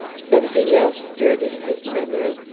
something else stirred in his memory,